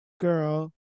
Girl